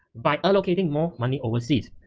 by allocating more money overseas.